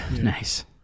Nice